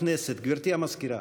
גברתי המזכירה.